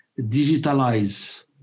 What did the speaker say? digitalize